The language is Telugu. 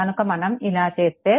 కనుక మనం ఇలా చేస్తే